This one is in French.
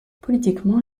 politiquement